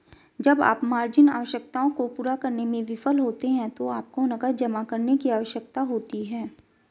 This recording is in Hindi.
जब आप मार्जिन आवश्यकताओं को पूरा करने में विफल होते हैं तो आपको नकद जमा करने की आवश्यकता होती है